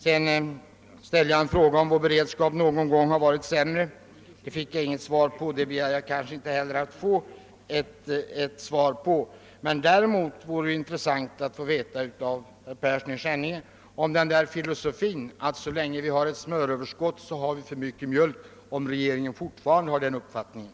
Jag ställde vidare en fråga, huruvida vår beredskap någon gång har varit sämre än den är nu. Den fick jag inte något svar på, men jag begärde heller inte att få det. Däremot vore det intressant att få veta av herr Persson i Skänninge, om den där filosofin som regeringen haft, att så länge det finns ett smöröverskott, produceras också för mycket mjölk, fortfarande omfattas av regeringen.